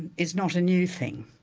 is not a new thing.